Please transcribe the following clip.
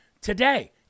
today